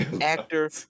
actor